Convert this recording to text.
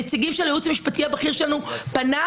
נציגים של הייעוץ המשפטי הבכיר שלנו פנה,